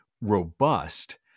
robust